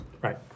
Right